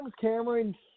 Cameron